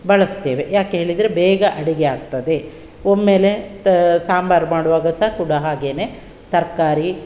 ಬಳಸ್ತೇವೆ ಯಾಕೆ ಹೇಳಿದರೆ ಬೇಗ ಅಡಿಗೆ ಆಗ್ತದೆ ಒಮ್ಮೆಲೆ ತ ಸಾಂಬಾರು ಮಾಡುವಾಗ ಸಹ ಕೂಡ ಹಾಗೇ ತರಕಾರಿ